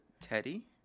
Teddy